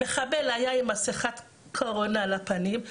המחבל היה עם מסכת קורונה על הפנים,